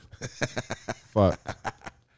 fuck